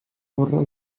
torre